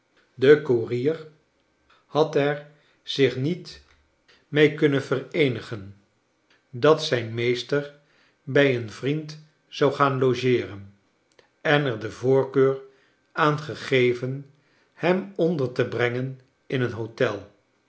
de koerier had er zich niet mce kleine dorrit kunnen vereenigen dat zijn meester bij een vriend zou gaan logeeren en er de voorkeur aan gegeven hem onder te brengen in een hotel